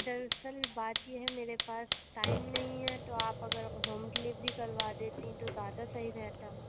دراصل بات یہ ہے میرے پاس ٹائم نہیں ہے تو آپ اگر ہوم ڈلیوری کروا دیتی تو زیادہ صحیح رہتا